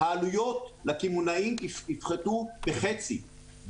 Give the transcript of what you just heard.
העלויות לקמעונאים יפחתו בחצי,